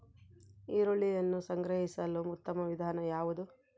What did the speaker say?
ಈರುಳ್ಳಿಯನ್ನು ಸಂಗ್ರಹಿಸಲು ಉತ್ತಮ ವಿಧಾನ ಯಾವುದು?